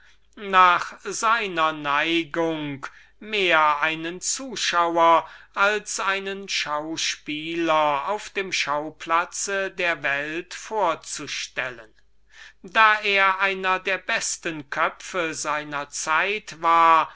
nach seiner neigung mehr einen zuschauer als einen akteur auf dem schauplatz der welt vorzustellen da er einer der besten köpfe seiner zeit war